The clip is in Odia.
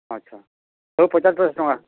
ଆଚ୍ଛା ସବୁ ପଚାଶ୍ ପଚାଶ୍ ଟଙ୍କାର୍